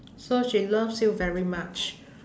so she loves you very much